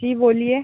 जो बोलिए